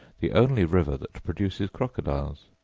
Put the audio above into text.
the only river that produces crocodiles,